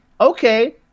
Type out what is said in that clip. okay